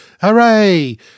Hooray